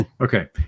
Okay